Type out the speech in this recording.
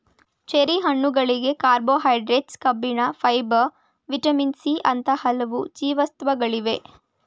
cherry ಹಣ್ಣುಗಳಲ್ಲಿ carbohydrates, ಕಬ್ಬಿಣ, fibre, vitamin C ಅಂತ ಹಲವು ಜೀವಸತ್ವಗಳಿವೆ